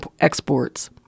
exports